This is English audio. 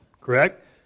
correct